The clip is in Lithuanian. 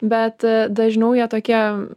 bet dažniau jie tokie